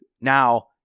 Now